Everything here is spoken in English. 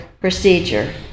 procedure